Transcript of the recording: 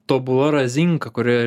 tobula razinka kurioje